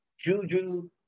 Juju